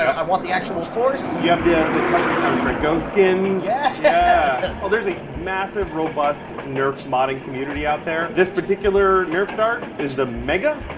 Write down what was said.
i want the actual force. you have the the custom counter-strike ghost skins. yes! yeah yeah ah there's a massive robust nerf modding community out there. this particular nerf dart is the mega.